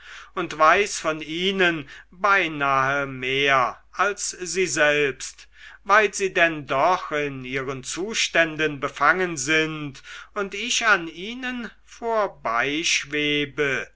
und weiß von ihnen beinahe mehr als sie selbst weil sie denn doch in ihren zuständen befangen sind und ich an ihnen